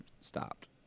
stopped